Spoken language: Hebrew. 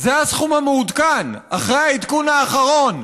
זה הסכום המעודכן אחרי העדכון האחרון.